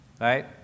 right